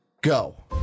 go